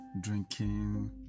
drinking